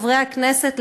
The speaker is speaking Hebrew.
חברי הכנסת,